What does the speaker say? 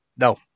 No